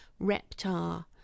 reptar